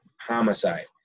Homicide